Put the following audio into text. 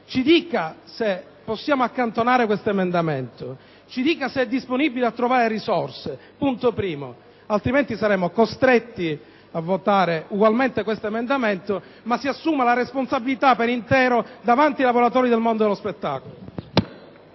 ci dica se possiamo accantonare questo emendamento, ci dica se è disponibile a trovare risorse; altrimenti saremo costretti a votare ugualmente l'emendamento, ma si assuma per intero la sua responsabilità davanti ai lavoratori del mondo dello spettacolo.